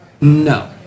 No